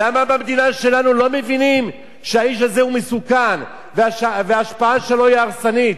למה במדינה שלנו לא מבינים שהאיש הזה הוא מסוכן וההשפעה שלו היא הרסנית?